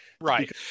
right